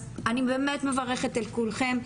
אני באמת מברכת את כולכם.